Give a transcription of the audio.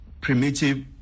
primitive